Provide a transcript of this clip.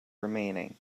remaining